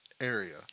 area